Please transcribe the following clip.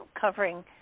covering